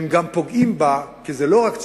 הם גם פוגעים בה, כי זה לא רק צודק,